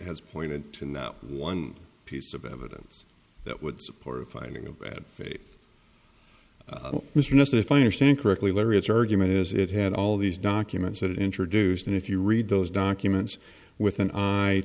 has pointed out one piece of evidence that would support of finding a bad faith mr nelson if i understand correctly larry its argument is it had all these documents that it introduced and if you read those documents with an eye